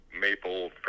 maple